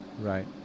right